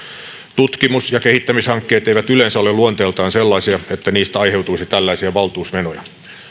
tutkimus ja kehittämishankkeet eivät yleensä ole luonteeltaan sellaisia että niistä aiheutuisi tällaisia valtuusmenoja